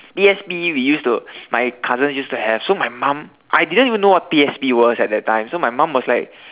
P_S_P we used to my cousin used to have so my mom I didn't even know what P_S_P was at that time so my mom was like